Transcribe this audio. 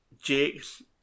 Jake's